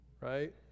right